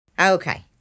Okay